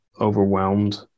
overwhelmed